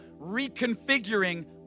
reconfiguring